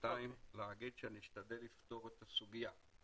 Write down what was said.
שתיים, אשתדל לפתור את הסוגיה.